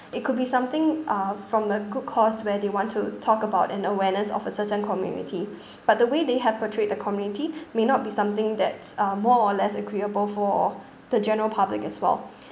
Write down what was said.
it could be something uh from a good cause where they want to talk about an awareness of a certain community but the way they have portrayed the community may not be something that's uh more or less agreeable for the general public as well